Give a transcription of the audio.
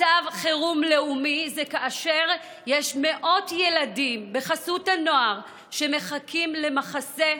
מצב חירום לאומי זה כאשר יש מאות ילדים בחסות הנוער שמחכים למחסה,